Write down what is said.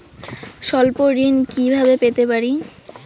স্বল্প ঋণ কিভাবে পেতে পারি?